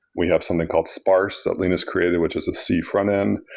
we have something called sparse that linus created which is a c front-end.